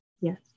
Yes